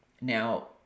now